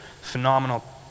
Phenomenal